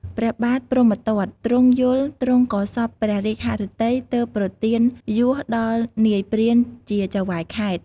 ព្រះបាទព្រហ្មទត្ត ទ្រង់យល់ ទ្រង់ក៏សព្វព្រះរាជហឫទ័យ ទើបប្រទានយសដល់នាយព្រានជាចៅហ្វាយខេត្ត។